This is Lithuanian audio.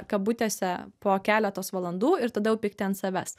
kabutėse po keletos valandų ir tada jau pikti ant savęs